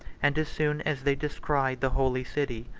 and as soon as they descried the holy city,